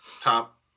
top –